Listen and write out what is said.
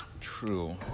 true